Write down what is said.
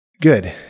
Good